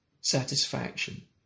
satisfaction